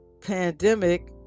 pandemic